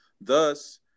thus